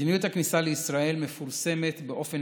מדיניות הכניסה לישראל מתפרסמת באופן